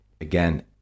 again